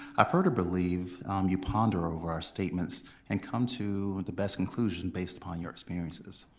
i further believe you ponder over our statements and come to the best conclusion based upon your experiences.